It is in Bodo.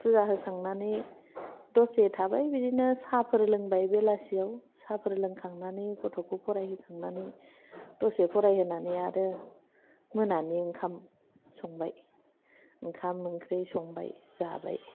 फुजा होखांनानै दसे थाबाय बिदिनो साहफोर लोंबाय बेलासियाव साहफोर लोंखांनानै गथ'खौ फरायहोखांनानै दसे फरायहोनानै आरो मोनानि ओंखाम संबाय ओंखाम ओंख्रि संबाय जाबाय